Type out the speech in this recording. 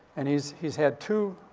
and he's he's had two,